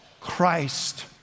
Christ